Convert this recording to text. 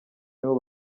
nibo